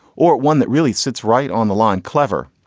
or one that really sits right on the line? clever.